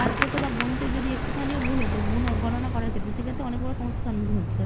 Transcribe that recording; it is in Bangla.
কাজ করত বা গণিতে যদি একটুখানিও ভুল হতো গোনা গণনা করার ক্ষেত্রে সেক্ষেত্রে অনেক বড় সমস্যার সম্মুখীন হতে